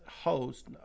host